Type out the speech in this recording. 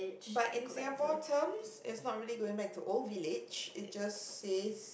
but in Singapore terms it is not really going back to old village it just says